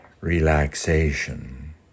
relaxation